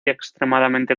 extremadamente